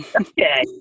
Okay